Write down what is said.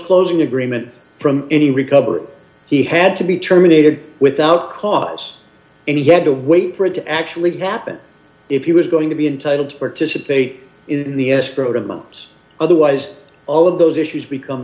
closing agreement from any recover he had to be terminated without cause and he had to wait for it to actually happen if he was going to be entitled to participate in the escrow to moms otherwise all of those issues become